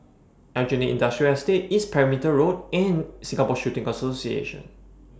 Aljunied Industrial Estate East Perimeter Road and Singapore Shooting Association